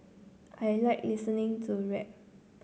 I like listening to rap